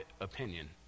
opinion